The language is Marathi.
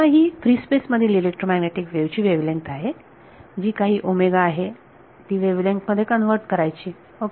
ही फ्री स्पेस मधील इलेक्ट्रोमॅग्नेटिक वेव्ह ची वेव्हलेंगथ आहे जी काही आहे ती वेव्हलेंगथ मध्ये कन्व्हर्ट करायची ओके